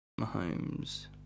Mahomes